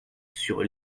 sur